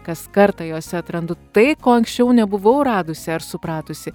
kas kartą jose atrandu tai ko anksčiau nebuvau radusi ar supratusi